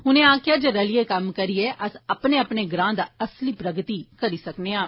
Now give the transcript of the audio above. उनें आक्खेआ जे रलियै कम्म करियै अस अपने अपने ग्रां दी असली प्रगति करी सकने आं